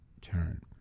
turn